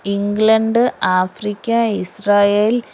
England Africa Israel